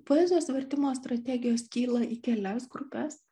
poezijos vertimo strategijos skyla į kelias grupes